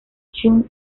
chung